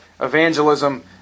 evangelism